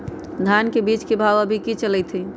धान के बीज के भाव अभी की चलतई हई?